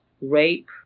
rape